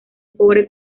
pobre